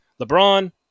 LeBron